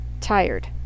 tired